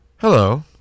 Hello